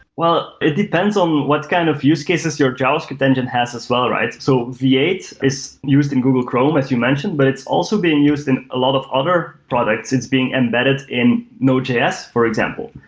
it depends on what kind of use cases your javascript engine has as well, right? so v eight is used in google chrome as you mentioned, but it's also being used in a lot of other products. it's being embedded in node js, for example,